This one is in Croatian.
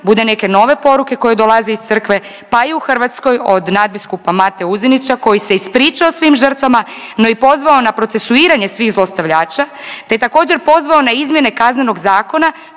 bude neke nove poruke koje dolaze iz Crkve pa i u Hrvatskoj od nadbiskupa Mate Uzinića koji se ispričao svim žrtvama no i pozvao na procesuiranje svih zlostavljača te je također pozvao na izmjene Kaznenog zakona